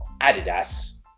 Adidas